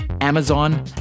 Amazon